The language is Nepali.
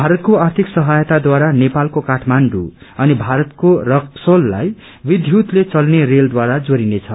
भारतको आर्थिक सहायतावारा नेपालको काठमाण्डू अनि भारतको रक्सोललाई विघुतले चल्ने रेलब्वारा जोड़िनेछ